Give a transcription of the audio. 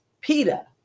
PETA